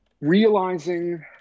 realizing